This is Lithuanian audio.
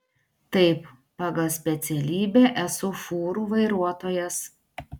taip pagal specialybę esu fūrų vairuotojas